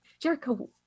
jericho